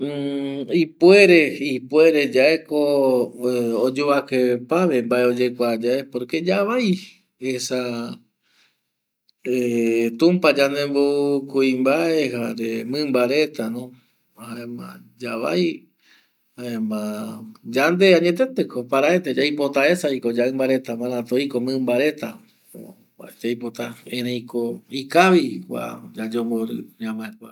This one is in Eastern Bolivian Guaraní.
˂Hesitation˃ Ipuere, ipuere yaeko oyovake päve mbae oyekuaye porque yavai esa tumpa yande mo kuimbae jare mimba reta no jaema yavai jaema yande añetete ko paraete yaipota esa vi ko yaimba reta kirei oiko, mimba reta erei ko ikavi kua yayombori ñamae kuare